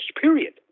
period